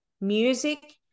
music